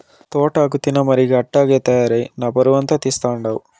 తోటాకు తినమరిగి అట్టాగే తయారై నా పరువంతా తీస్తండావు